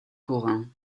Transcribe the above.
courant